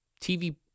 TV